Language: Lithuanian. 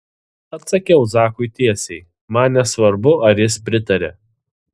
atsakiau zakui tiesiai man nesvarbu ar jis pritaria